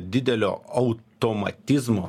didelio automatizmo